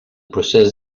procés